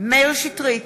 מאיר שטרית,